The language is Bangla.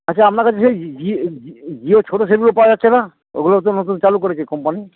আচ্ছা আপনার কাছে যে জিওর ছোটো সেটগুলো পাওয়া যাচ্ছে না ওগুলো তো নতুন চালু করেছে কোম্পানি